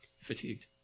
fatigued